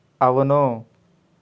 అవును